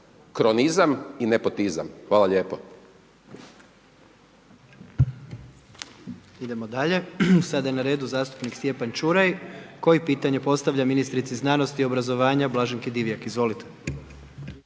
cronizam i nepotizam. Hvala lijepo.